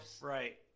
right